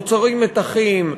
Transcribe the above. נוצרים מתחים,